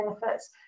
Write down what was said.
benefits